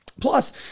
Plus